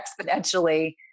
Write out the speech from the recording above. exponentially